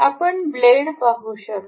आपण ब्लेड पाहू शकता